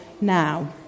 now